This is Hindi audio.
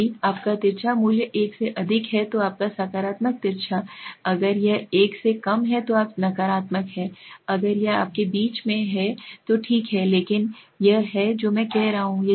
यदि आपका तिरछा मूल्य एक से अधिक है तो आपका सकारात्मक तिरछा अगर यह एक से कम है तो आप नकारात्मक हैं अगर यह आपके बीच में है तो ठीक है लेकिन यह है जो मैं कह रहा हूं